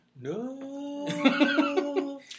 no